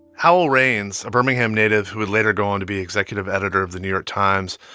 howell raines, a birmingham native who would later go on to be executive editor of the new york times,